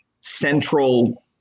central